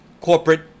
corporate